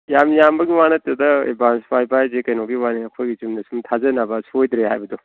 ꯌꯥꯝ ꯌꯥꯝꯕꯒꯤ ꯋꯥ ꯅꯠꯇꯦꯗ ꯑꯦꯠꯚꯥꯟꯁ ꯄꯥꯏꯕ ꯍꯥꯏꯁꯦ ꯀꯩꯅꯣꯒꯤ ꯋꯥꯔꯤꯅꯤ ꯑꯩꯈꯣꯏꯒꯤ ꯆꯨꯝꯅ ꯁꯨꯝ ꯊꯥꯖꯅꯕ ꯁꯣꯏꯗ꯭ꯔꯦ ꯍꯥꯏꯕꯗꯣ